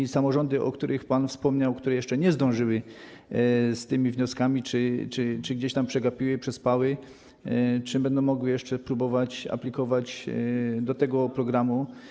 Czy samorządy, o których pan wspomniał, które jeszcze nie zdążyły z tymi wnioskami lub gdzieś tam to przegapiły i przespały, będą mogły jeszcze próbować aplikować do tego programu?